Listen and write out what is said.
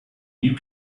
new